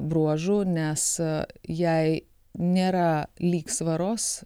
bruožų nes jei nėra lygsvaros